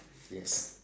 yes